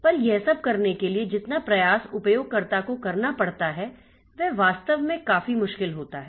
पर ये सब करने के लिए जितना प्रयास उपयोगकर्ता को करना पड़ता है वह वास्तव में काफी मुश्किल होता है